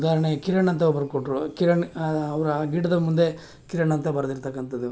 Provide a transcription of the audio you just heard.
ಉದಾಹರಣೆ ಕಿರಣ್ ಅಂತ ಒಬ್ಬರು ಕೊಟ್ಟರು ಕಿರಣ್ ಅವ್ರು ಆ ಗಿಡದ ಮುಂದೆ ಕಿರಣ್ ಅಂತ ಬರೆದಿರ್ತಕ್ಕಂಥದ್ದು